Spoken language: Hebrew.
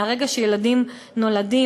מהרגע שילדים נולדים.